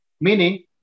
Meaning